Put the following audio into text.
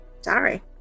sorry